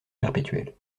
perpétuelle